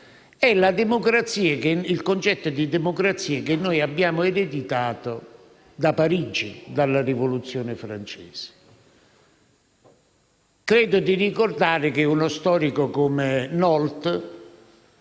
e il concetto di democrazia che noi abbiamo ereditato da Parigi, dalla rivoluzione francese. Ricordo che uno storico come Nolte